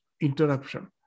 interruption